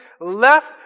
left